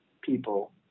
people